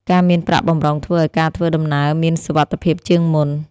ការមានប្រាក់បម្រុងធ្វើឱ្យការធ្វើដំណើរមានសុវត្ថិភាពជាងមុន។